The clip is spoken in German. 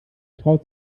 traust